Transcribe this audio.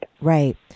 Right